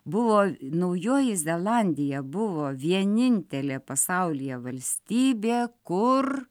buvo naujoji zelandija buvo vienintelė pasaulyje valstybė kur